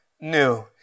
new